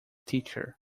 teacher